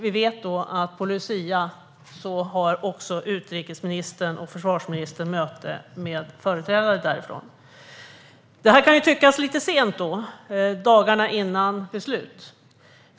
Vi vet att på lucia, den 13 december, har utrikesministern och försvarsministern ett möte med företrädare därifrån. Det här kan tyckas lite sent, eftersom det bara är några dagar kvar till beslut.